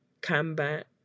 combat